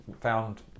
found